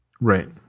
Right